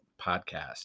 Podcast